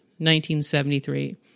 1973